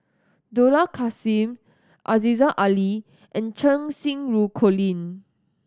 Dollah Kassim Aziza Ali and Cheng Xinru Colin